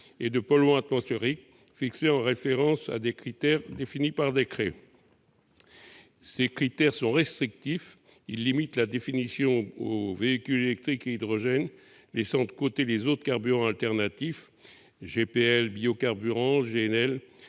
et de polluants atmosphériques, fixés en référence à des critères définis par décret ». Ces critères sont restrictifs. Ils limitent la définition aux véhicules électriques et à hydrogène, laissant de côté les autres carburants alternatifs, tels que le GPL,